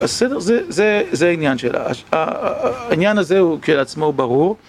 הסדר זה העניין שלה, העניין הזה כלעצמו הוא ברור.